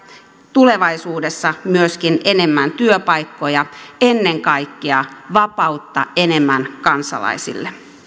tulevaisuudessa myöskin enemmän työpaikkoja ennen kaikkea vapautta enemmän kansalaisille